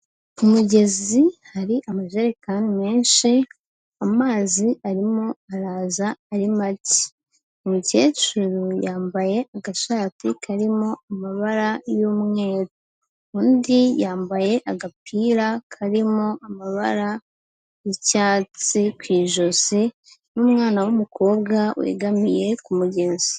Ku mugezi hari amajerekani menshi, amazi arimo araza ari make, umukecuru yambaye agashati karimo amabara y'umweru, undi yambaye agapira karimo amabara y'icyatsi ku ijosi, n'umwana w'umukobwa wegamiye ku mugezi.